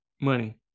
money